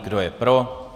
Kdo je pro?